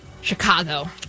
Chicago